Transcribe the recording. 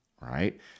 right